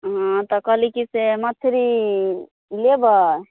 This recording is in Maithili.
हँ तऽ कहली की से मछरी लेबै